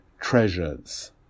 treasures